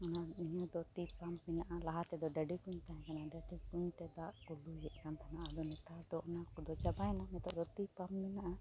ᱚᱱᱟ ᱤᱭᱟᱹᱫᱚ ᱛᱤ ᱯᱟᱢᱯ ᱢᱮᱱᱟᱜᱼᱟ ᱞᱟᱦᱟᱛᱮ ᱫᱚ ᱰᱟᱹᱰᱤ ᱠᱩᱸᱧ ᱛᱟᱦᱮᱸᱠᱟᱱᱟ ᱰᱟᱹᱰᱤ ᱠᱩᱸᱧᱛᱮ ᱫᱟᱜ ᱠᱚ ᱞᱩᱭᱮᱫ ᱠᱟᱱ ᱛᱟᱦᱮᱱᱟ ᱟᱫᱚ ᱱᱮᱛᱟᱨ ᱫᱚ ᱪᱟᱵᱟᱭᱱᱟ ᱱᱮᱛᱟᱨᱫᱚ ᱛᱤ ᱯᱟᱢᱯ ᱢᱮᱱᱟᱜᱼᱟ